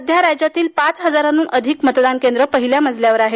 सध्या राज्यातील पाच हजारांहन अधिक मतदान केंद्रं पहिल्या मजल्यावर आहेत